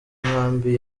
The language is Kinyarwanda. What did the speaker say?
nkambi